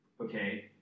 okay